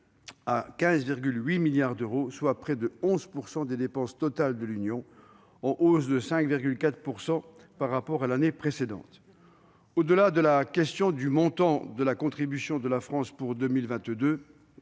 à 15,8 milliards d'euros, soit près de 11 % des dépenses totales de l'Union, en hausse de 5,4 % par rapport à l'année précédente. Au-delà de la question du montant de la contribution de la France pour 2022,